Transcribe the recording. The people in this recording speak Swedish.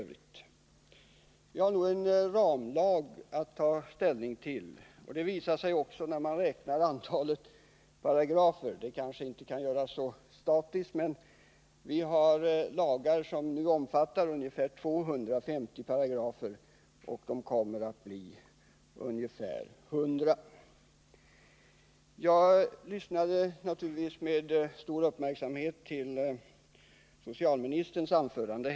Vi har att ta ställning till en ramlag. Det visar sig också när man räknar antalet paragrafer. Det kanske inte kan göras statiskt, men vi har nu lagar som omfattar ungefär 250 paragrafer. Dagens två lagar kommer att omfatta ungefär 100 paragrafer. Jag lyssnade naturligtvis med stor uppmärksamhet på socialministerns anförande.